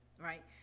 right